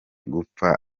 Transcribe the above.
gupfa